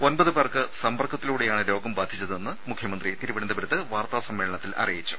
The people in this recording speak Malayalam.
ഒൻപതു പേർക്ക് സമ്പർക്കത്തിലൂടെയാണ് രോഗം ബാധിച്ചതെന്നും മുഖ്യമന്ത്രി തിരുവനന്തപുരത്ത് വാർത്താസ മ്മേളനത്തിൽ അറിയിച്ചു